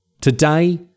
Today